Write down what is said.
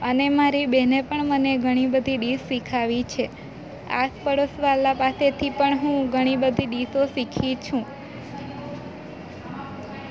અને મારી બેને પણ ઘણી બધી ડીશ શીખવી છે આસ પડોશ વાળાઓ પાસેથી પણ હું ઘણી બધી ડીશો શીખી છું